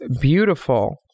beautiful